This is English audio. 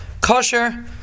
Kosher